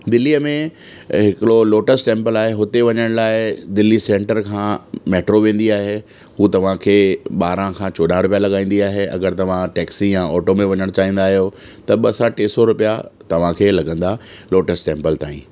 दिल्लीअ में हिकिड़ो लोटस टैम्पल आहे हुते वञण लाइ दिल्ली सेंटर खां मैट्रो वेंदी आहे हू तव्हांखे ॿारहं खां चोॾहं रुपिया लॻाईन्दी आहे अगरि तव्हां टैक्सी या ऑटो में वञण चाहींदा आहियो त ॿ खां टे सौ रुपिया तव्हांखे लॻंदा लोटस टैम्पल ताईं